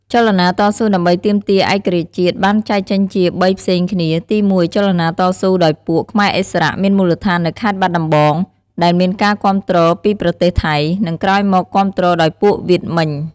ចលនាតស៊ូដើម្បីទាមទារឯករាជ្យជាតិ បានចែកចេញជា ៣ផ្សេងគ្នា ទី១ ចលនាតស៊ូដោយពួក ខ្មែរឥស្សរៈមានមូលដ្ឋាននៅ ខេត្តបាត់ដំបង ដែលមានការគាំទ្រពី ប្រទេសថៃ និង ក្រោយមកគាំទ្រ ដោយពួកវៀតមិញ ។